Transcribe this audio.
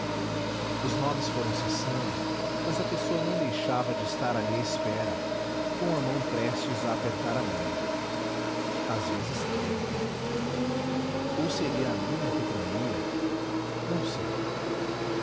os nomes foram cessando mas a pessoa não deixava de estar ali à espera com a mão prestes a apertar a minha às vezes trêmula ou seria a minha que tremia não sei